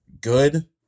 good